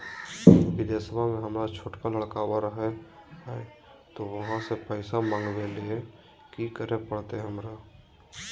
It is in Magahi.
बिदेशवा में हमर छोटका लडकवा रहे हय तो वहाँ से पैसा मगाबे ले कि करे परते हमरा?